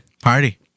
Party